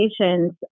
patients